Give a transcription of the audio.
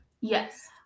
Yes